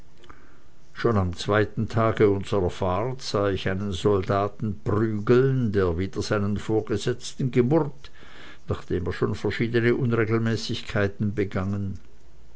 schon am zweiten tage unserer fahrt sah ich einen soldaten prügeln der wider einen vorgesetzten gemurrt nachdem er schon verschiedene unregelmäßigkeiten begangen